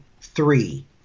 three